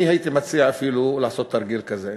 אני הייתי מציע אפילו לעשות תרגיל כזה: